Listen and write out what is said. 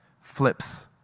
Flips